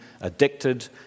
addicted